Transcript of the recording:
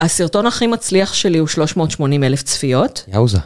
הסרטון הכי מצליח שלי הוא 380 אלף צפיות. יאוזה.